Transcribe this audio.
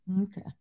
Okay